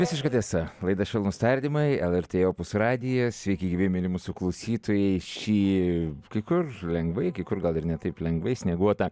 visiška tiesa laida švelnūs tardymai lrt opus radijas sveiki gyvi mieli mūsų klausytojai šį kai kur lengvai kai kur gal ir ne taip lengvai snieguotą